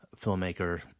filmmaker